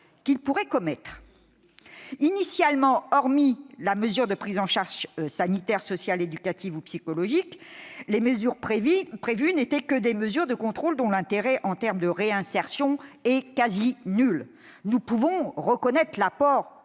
qu'ils pourraient commettre. Initialement, hormis la mesure de prise en charge sanitaire, sociale, éducative ou psychologique, le texte ne prévoyait que des mesures de contrôle dont l'intérêt en termes de réinsertion était quasi nul. Force est de reconnaître que